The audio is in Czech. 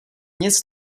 nic